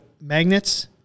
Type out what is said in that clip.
magnets